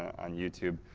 on youtube,